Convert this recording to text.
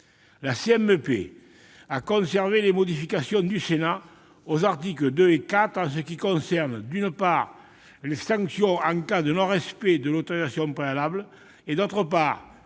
La CMP a conservé les modifications du Sénat aux articles 2 et 4 s'agissant, d'une part, des sanctions en cas de non-respect de l'autorisation préalable et, d'autre part,